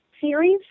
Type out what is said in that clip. series